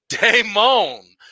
Damon